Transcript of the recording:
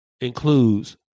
includes